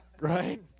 Right